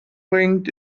bringt